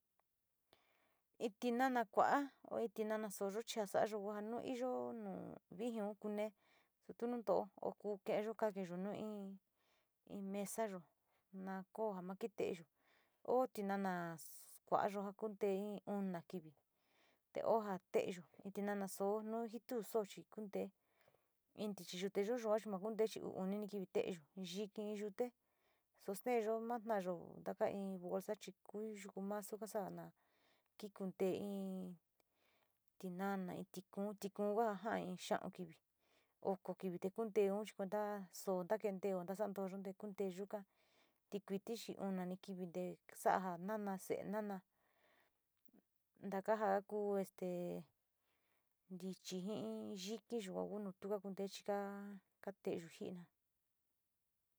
In tinana kua´a o in tinana soo kasa´ayoo kua nu iyo ku nu vijiun kunee, su tu nu to´o o ku keeyo nu in mesayo na ko ja ma teeyu o tinana kua´a ja kuntei in una kivi, te o ja teeyu, in tinana soo nu tu ji soo kuntee in tichi yute yoo ma kuntee uu uni ni kivi te teyu, yiki yute sostee yo kuntee in tinana, in tiku, tiku jaa xiau kivi, oko kivi te kunteeu chi kuenta soo kuntee te ntasandoo konte kuntee yuka, tikuiti chi unani kivite so´a ja nana se´e nana taka ja a ku este ntichi ji in yiki yua ku ka kuntee chi kateeyu ji na´a.